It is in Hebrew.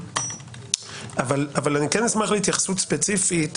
אבל כן אשמח להתייחסות ספציפית.